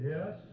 Yes